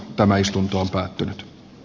tämä istuntoon päätynyt c